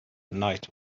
night